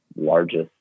largest